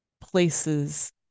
places